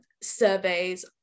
surveys